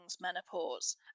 menopause